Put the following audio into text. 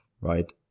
right